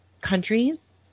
countries